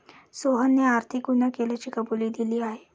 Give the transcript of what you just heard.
सोहनने आर्थिक गुन्हा केल्याची कबुली दिली आहे